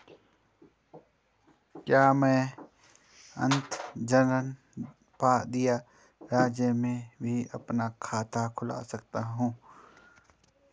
क्या मैं अंतर्जनपदीय राज्य में भी अपना खाता खुलवा सकता हूँ?